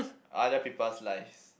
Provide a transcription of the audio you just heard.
other people's lives